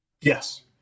Yes